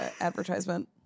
advertisement